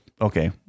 okay